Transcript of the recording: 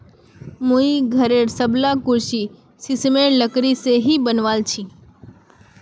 मुई घरेर सबला कुर्सी सिशमेर लकड़ी से ही बनवाल छि